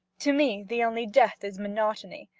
to me the only death is monotony.